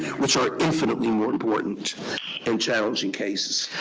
which are infinitely more important and challenging cases.